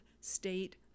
state